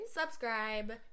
subscribe